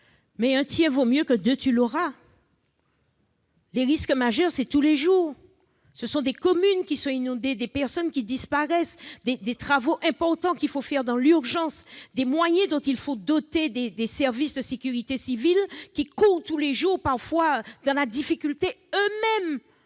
un tiens vaut mieux que deux tu l'auras ! Les risques majeurs, c'est tous les jours ! Ce sont des communes qui sont inondées, des personnes qui disparaissent, des travaux importants qu'il faut réaliser dans l'urgence, des moyens dont il faut doter les services de sécurité civile, qui se portent au-devant des populations et se